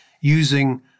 using